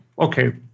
Okay